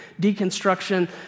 Deconstruction